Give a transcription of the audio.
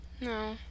No